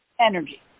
energy